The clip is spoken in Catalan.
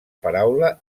paraula